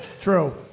True